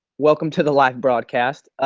welcome to the live broadcast.